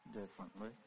differently